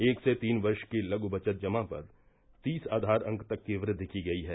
एक से तीन वर्ष की लघ् बचत जमा पर तीस आधार अंक तक की वृद्धि की गई है